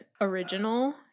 original